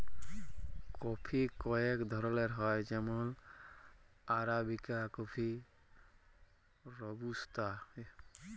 coffee কয়েক ধরলের হ্যয় যেমল আরাবিকা কফি, রবুস্তা